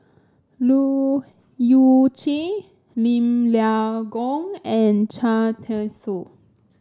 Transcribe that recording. Leu Yew Chye Lim Leong Geok and Cham Tao Soon